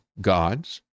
gods